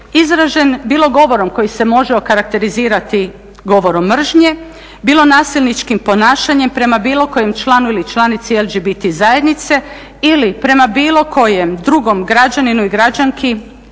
izražen bilo govorom koji se može okarakterizirati govorom mržnje, bilo nasilničkim ponašanjem prema bilo kojem članu ili članici LGBT zajednice ili prema bilo kojem drugom građaninu i građanki